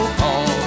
call